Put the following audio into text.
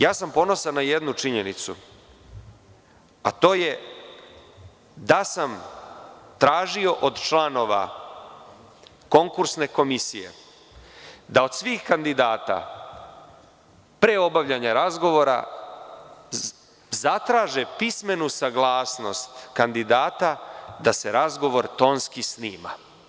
Ja sam ponosan na jednu činjenicu, a to je da sam tražio od članova konkursne komisije da od svih kandidata pre obavljanja razgovora zatraže pismenu saglasnost kandidata da se razgovor tonski snima.